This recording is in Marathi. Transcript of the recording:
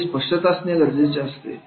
याची स्पष्टता असणे गरजेचे असते